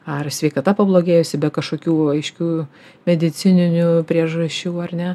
ar sveikata pablogėjusi be kažkokių aiškių medicininių priežasčių ar ne